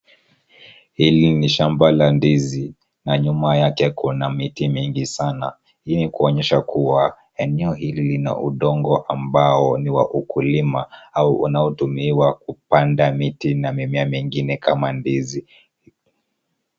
Hili ni shamba la ndizi na nyuma yake kuna miti mingi sana. Hii ni kuonyesha kuwa, eneo hili lina udongo ambao ni wa ukulima au unaotumiwa kupanda miti na mimea mingine kama ndizi.